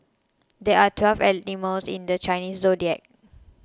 there are twelve animals in the Chinese zodiac